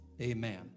Amen